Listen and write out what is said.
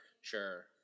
Sure